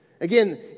Again